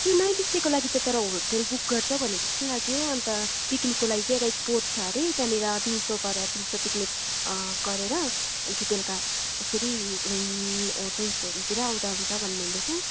त्यो नाइट स्टेको लागि त तर होटेल बुक गर्छ भनेको जस्तो नि लाग्यो अन्त पिकनिकको लागि चाहिँ एउटा स्पट छ अरे त्यहाँनिर दिउँसो गएर दिउँसो पिकनिक गरेर अलिक बेलका फेरि होटल्सहरूतिर आउँदा हुन्छ भन्नुहुँदैथ्यो